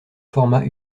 formats